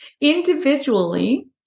individually